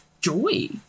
joy